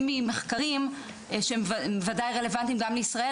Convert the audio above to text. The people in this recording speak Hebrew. ממחקרים שהם וודאי רלוונטיים גם לישראל,